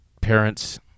parents